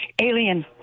Alien